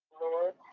Lord